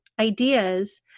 ideas